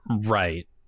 Right